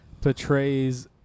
portrays